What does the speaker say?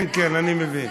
כן, כן, אני מבין.